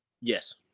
Yes